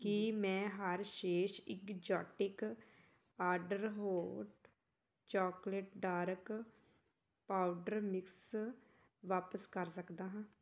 ਕੀ ਮੈਂ Hershey's exotic order hot chocolate dark powder mix ਵਾਪਸ ਕਰ ਸਕਦਾ ਹਾਂ